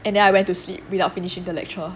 and then I went to sleep without finishing the lecture